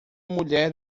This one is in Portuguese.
mulher